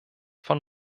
von